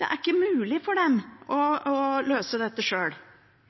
Det er ikke mulig for dem å løse dette sjøl.